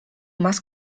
más